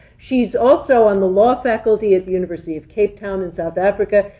she's also on the law faculty at the university of cape town in south africa.